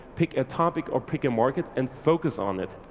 pick a topic or pick a market and focus on it.